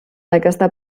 aquesta